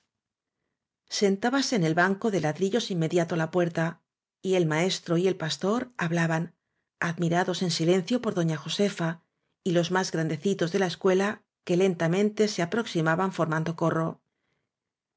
sentábase en el banco de ladrillos inmediato á la puerta y el maestro y el pastor hablaban admirados en silencio por doña josefa y los más grandecitos de la escuela que lentamente se aproximaban formando corro